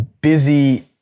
busy